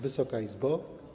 Wysoka Izbo!